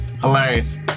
Hilarious